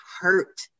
hurt